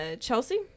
Chelsea